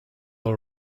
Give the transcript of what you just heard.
all